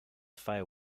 fail